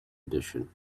edition